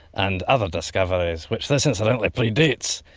and other discoveries, which this incidentally predates,